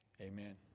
Amen